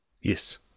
yes